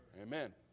Amen